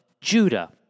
Judah